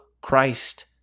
Christ